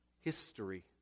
history